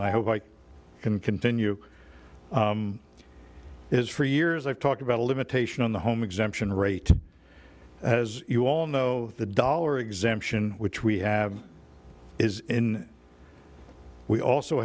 i hope i can continue is for years i've talked about a limitation on the home exemption rate as you all know the dollar exemption which we have is in we also